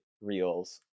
Reels